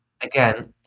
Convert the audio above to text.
again